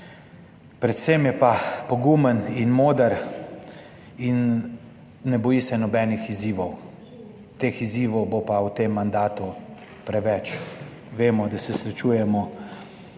Predvsem je pa pogumen in moder in ne boji se nobenih izzivov. Teh izzivov bo pa v tem mandatu preveč. Vemo, da se srečujemo,